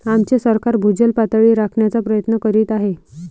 आमचे सरकार भूजल पातळी राखण्याचा प्रयत्न करीत आहे